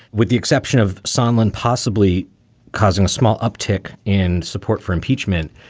with the exception of solin possibly causing a small uptick in support for impeachment,